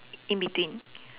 in between